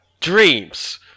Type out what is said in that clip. dreams